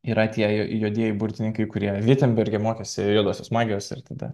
yra tie juodieji burtininkai kurie vitenberge mokėsi juodosios magijos ir tada